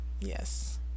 Yes